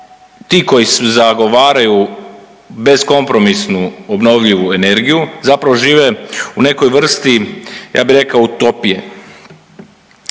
ti koji zagovaraju beskompromisnu obnovljivu energiju zapravo žive u nekoj vrsti, ja bih rekao, utopije.